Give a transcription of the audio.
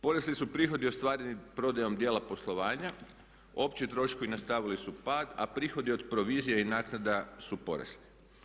Porasli su prihodi ostvareni prodajom dijela poslovanja, opći troškovi nastavili su pad, a prihodi od provizije i naknada su porasli.